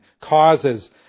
causes